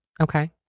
okay